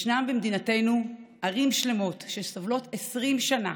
ישנן במדינתנו ערים שלמות שסובלות 20 שנה,